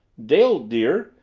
dale, dear,